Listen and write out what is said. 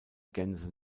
gänse